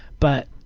but,